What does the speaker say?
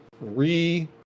re